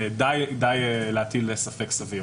די להטיל ספק סביר.